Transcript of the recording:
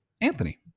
Anthony